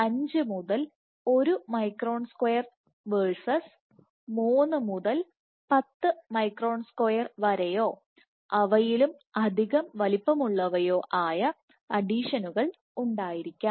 5 മുതൽ 1 micron square versus 3 മുതൽ 10 micron square വരെയോ അവയിലും അധികം വലിപ്പമുള്ളവയോ ആയ അഡീഷനുകൾ ഉണ്ടായിരിക്കാം